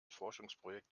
forschungsprojekt